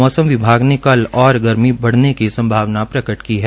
मौसम विभाग ने कल और गर्मी बढने की संभावना प्रकट की है